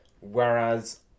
whereas